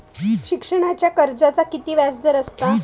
शिक्षणाच्या कर्जाचा किती व्याजदर असात?